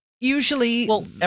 usually